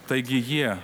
taigi jie